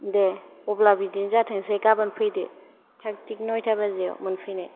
दे अब्ला बिदिनो जाथोंसै गाबोन फैदो थाखथिग नयथा बाजियाव मोनफैनाय